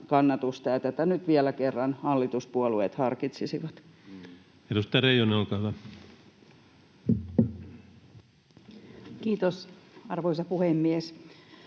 ja tätä nyt vielä kerran hallituspuolueet harkitsisivat. Edustaja Reijonen, olkaa hyvä. Kiitos, arvoisa puhemies!